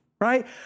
right